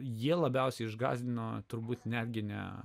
jie labiausiai išgąsdino turbūt netgi ne